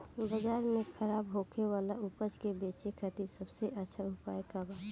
बाजार में खराब होखे वाला उपज के बेचे खातिर सबसे अच्छा उपाय का बा?